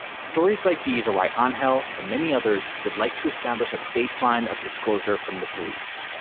stories like these are right on hell. and many others would like to establish a baseline of disclosure from the police.